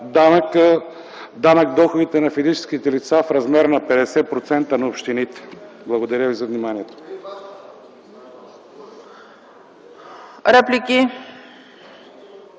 върху доходите на физическите лица в размер на 50% на общините. Благодаря ви за вниманието.